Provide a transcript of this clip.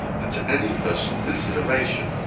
than to any personal consideration.